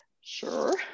Sure